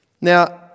now